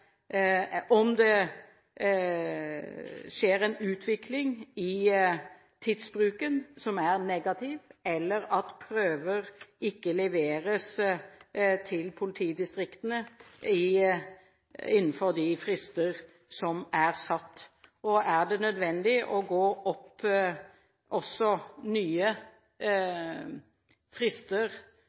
skjer en utvikling i tidsbruken som er negativ, eller at prøver ikke leveres til politidistriktene innenfor de frister som er satt. Hvis det er nødvendig å innføre nye frister